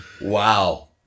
Wow